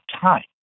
time